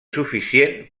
suficient